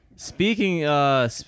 Speaking